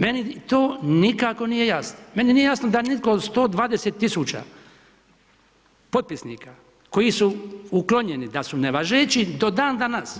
Meni to nikako nije jasno, meni nije jasno da nitko od 120 tisuća potpisnika koji su uklonjeni da su nevažeći do dan danas,